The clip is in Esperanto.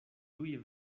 tuj